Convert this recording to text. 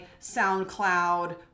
SoundCloud